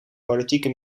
politieke